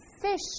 fish